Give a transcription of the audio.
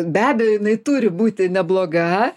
be abejo jinai turi būti nebloga